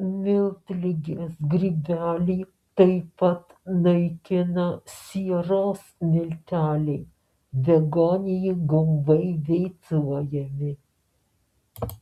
miltligės grybelį taip pat naikina sieros milteliai begonijų gumbai beicuojami